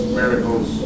miracles